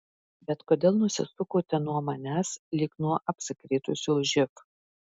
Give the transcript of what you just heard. bet kodėl nusisukote nuo manęs lyg nuo apsikrėtusio živ